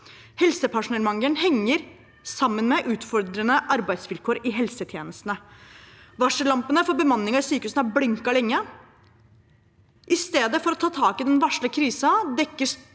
Helsepersonellmangelen henger sammen med utfordrende arbeidsvilkår i helsetjenestene. Varsellampene for bemanningen i sykehusene har blinket lenge. I stedet for å ta tak i den varslede krisen, dekker